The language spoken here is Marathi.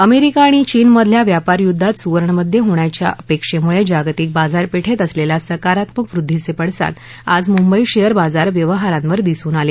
अमेरिका आणि चीन मधल्या व्यापार युद्धात सुवर्णमध्य होण्याच्या अपेक्षेमुळे जागतिक बाजार पेठेत असलेल्या सकारात्मक वृध्दीचे पडसाद आज मुंबई शेअर बाजार व्यवहारांवर दिसून आलं